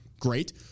great